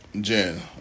Jen